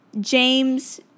James